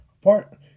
apart